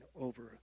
over